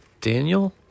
Daniel